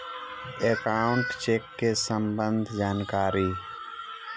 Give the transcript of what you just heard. Account check के सम्बन्ध जानकारी?